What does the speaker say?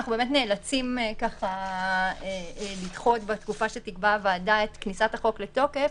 אנחנו באמת נאלצים לדחות בתקופה שתקבע הוועדה את כניסת החוק לתוקף,